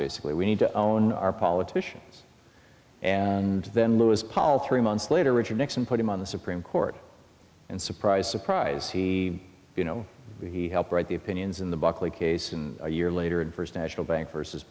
basically we need to own our politicians and then lewis powell three months later richard nixon put him on the supreme court and surprise surprise he you know he helped write the opinions in the buckley case and a year later and first national bank versus